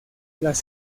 las